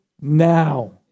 now